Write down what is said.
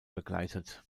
begleitet